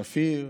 שפיר.